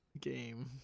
game